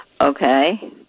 okay